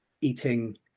eating